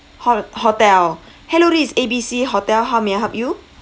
ho~ hotel hello this is A B C hotel how may I help you